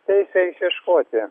teisę išieškoti